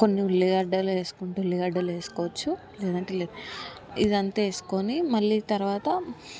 కొన్ని ఉల్లిగడ్డలు వేసుకుంటూ ఉల్లిగడ్డలు వేసుకోవచ్చు లేదంటే లేదు ఇదంతా వేస్కొని మళ్ళీ తర్వాత